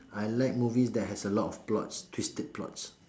I like movies that have a lot of plots twisted plots